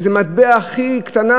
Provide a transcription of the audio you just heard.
לאיזה מטבע הכי קטנה,